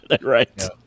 Right